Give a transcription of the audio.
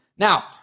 Now